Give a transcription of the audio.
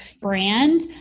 brand